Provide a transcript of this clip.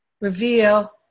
reveal